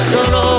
Solo